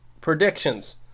Predictions